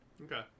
Okay